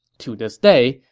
to this day,